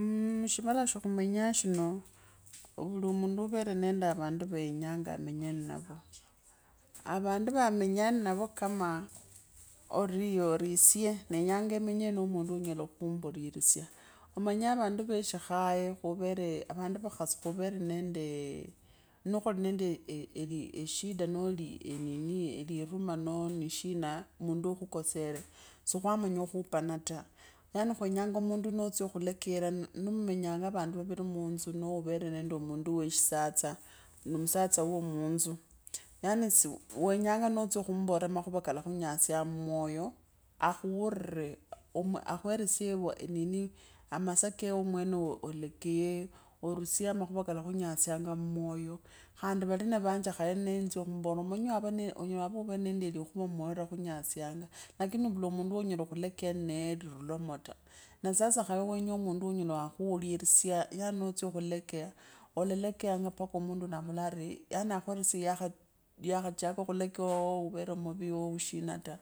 Mmh shivala sha khamenyaashino uulimandu unende alvandu yenyange amenya nnavo, avandu vamenyaa nnavo ori ori esye, ndenyanga omanye no mundu unyela khumbu virisya, omanye avandu ve shikhaye kuvere avandu vakhali khuvere nende nikhuli nende eshida noli enini, eliruma noo nishina, mundu notsya khulekenya nimumenyanga vandu vaviri munzu noo uvere nende mundu wee shisatsa, musatsa wuuwo muunzu, yaani si wenyanga notsya khumboora makhuva kalakhunyasyanga mumoyo akhure, umu akhuvesye nini amasaa keuwo omwene olekee orusye amakhuva kalakhunyasyanga mumoyo, khandi valina vanje khaye nenzya khumbere omanye onyela khuva nende alikhuwa mmoyo lilakhunya, syanga, lakini uvula mundu unyala wa khuririsya yaani notsya khulekeya olalakanyanga mpaka mundu wuuno ovola ari yaani yakhweresiye yakhachaka ooh uvere muui ooh shina ta,